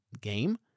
game